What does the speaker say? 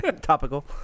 topical